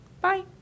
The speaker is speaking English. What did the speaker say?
Bye